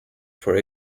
for